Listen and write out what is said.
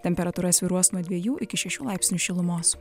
temperatūra svyruos nuo dviejų iki šešių laipsnių šilumos